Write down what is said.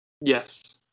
yes